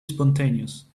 spontaneous